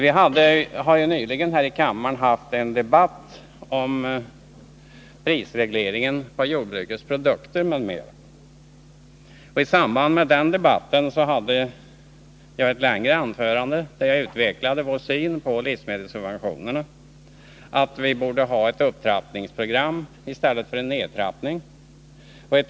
I denna kammare har nyligen förts en debatt om prisreglering på jordbrukets produkter m.m. Jag höll ett längre anförande i vilket jag utvecklade vpk:s syn på livsmedelssubventionerna. Jag sade att vi borde ha en upptrappning i stället för en nedtrappning.